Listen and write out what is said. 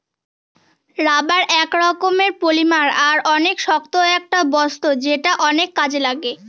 rubber এক রকমের polymer আর অনেক শক্ত একটা বস্তু যেটা অনেক কাজে লাগে